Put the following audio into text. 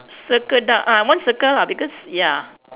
circle dark ah one circle lah because ya